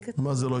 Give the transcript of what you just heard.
מה זה לא התחברו?